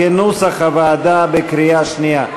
כנוסח הוועדה, בקריאה שנייה.